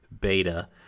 beta